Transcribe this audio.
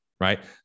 right